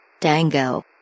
Dango